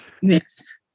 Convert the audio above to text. Yes